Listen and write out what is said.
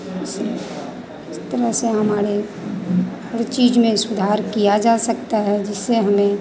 इसमें इस तरह से हमारी हर चीज़ में सुधार किया जा सकता है जिससे हमें